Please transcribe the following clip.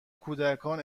کودکان